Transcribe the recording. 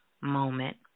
moment